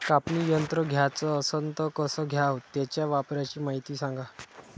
कापनी यंत्र घ्याचं असन त कस घ्याव? त्याच्या वापराची मायती सांगा